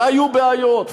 והיו בעיות,